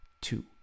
two